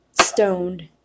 stoned